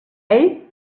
ell